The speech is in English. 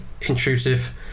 intrusive